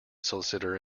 solicitor